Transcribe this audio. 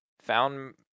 found